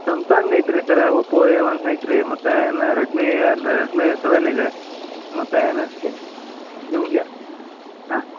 Samsung I three sir Oppo A one I three ಮತ್ತೇನು Redmi ಅಲ್ಲಿ Redmi seven ಇದೆ ಮತ್ತು ಏನಂತೆ ನಿಮಗೆ ಹಾಂ